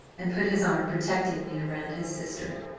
and put his arm protectingly around his sister.